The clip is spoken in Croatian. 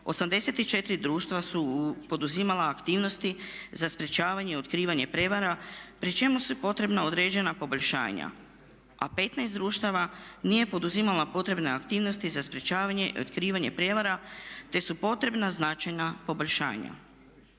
84 društva su poduzimala aktivnosti za sprječavanje i otkrivanje prijevara pri čemu su potrebna određena poboljšanja, a 15 društava nije poduzimalo potrebne aktivnosti za sprječavanje i otkrivanje prijevara te su potrebna značajna poboljšanja.